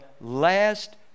last